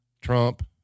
Trump